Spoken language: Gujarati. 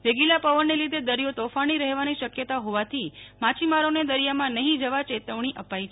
વેગીલા પવનને લીધે દરિયો તોફાની રહેવાની શક્યતા હોવાથી માછીમારોને દરિયામાં નહીં જવા ચેતવણી અપાઈ છે